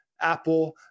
apple